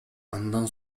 андан